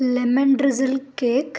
lemon drizzle cake